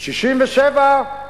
ב-1967,